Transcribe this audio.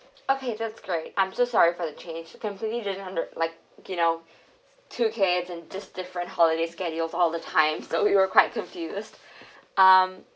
okay that's great I'm so sorry for the change completely didnt under~ like you know two kids and just different holiday schedule all the times so we were quite confused um